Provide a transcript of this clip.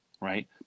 right